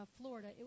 Florida